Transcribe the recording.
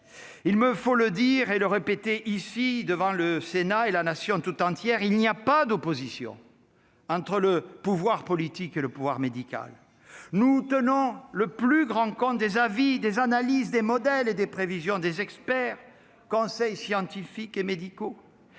Il me faut le dire et le répéter ici devant le Sénat et la Nation tout entière : il n'y a pas d'opposition entre le pouvoir politique et le pouvoir médical. Nous tenons le plus grand compte des avis, des analyses, des modèles et des prévisions des experts, conseils scientifiques et médicaux.